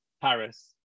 Paris